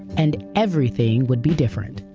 and everything would be different